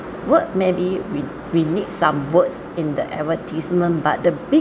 word maybe we need some words in the advertisement but the big